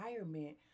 environment